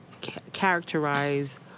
characterize